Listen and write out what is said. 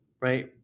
Right